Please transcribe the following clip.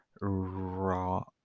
raw